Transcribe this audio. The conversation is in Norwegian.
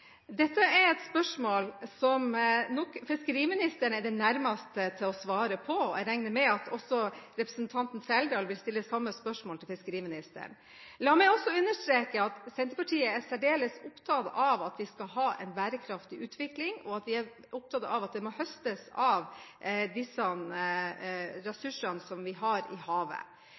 Dette er et spørsmål som nok fiskeriministeren er den nærmeste til å svare på, og jeg regner med at representanten Trældal vil stille samme spørsmål til fiskeriministeren. La meg understreke at Senterpartiet er særdeles opptatt av at vi skal ha en bærekraftig utvikling, og vi er opptatt av at det må høstes av de ressursene vi har i havet.